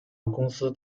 公司